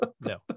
No